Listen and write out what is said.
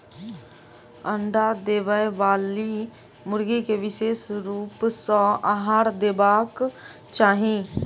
अंडा देबयबाली मुर्गी के विशेष रूप सॅ आहार देबाक चाही